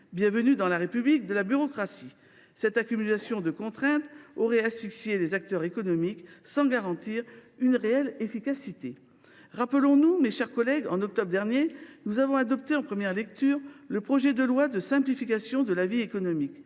Bienvenue dans la République de la bureaucratie ! Cette accumulation de contraintes aurait asphyxié les acteurs économiques sans garantir une réelle efficacité. Rappelons nous, mes chers collègues, qu’en octobre dernier nous avons adopté, en première lecture, le projet de loi de simplification de la vie économique